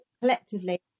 collectively